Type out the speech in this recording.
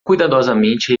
cuidadosamente